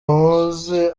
wuzi